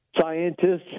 scientists